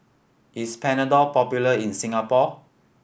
is Panadol popular in Singapore